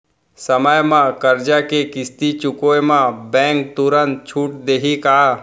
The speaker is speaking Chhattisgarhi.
समय म करजा के किस्ती चुकोय म बैंक तुरंत छूट देहि का?